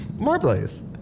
Marbles